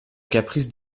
caprice